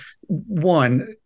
One